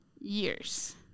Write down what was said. years